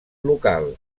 local